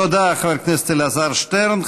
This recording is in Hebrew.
תודה, חבר הכנסת אלעזר שטרן.